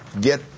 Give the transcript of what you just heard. Get